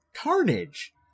Carnage